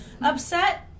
upset